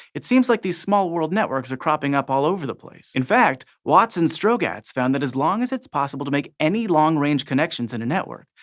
it seems like these small world networks are cropping up all over the place. in fact, watts and strogatz found that as long as it's possible to make any long-range connections in a network,